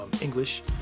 English